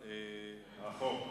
על החוק.